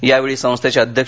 यावेळी संस्थेचे अध्यक्ष